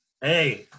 Hey